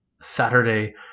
Saturday